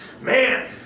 Man